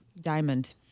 Diamond